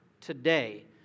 today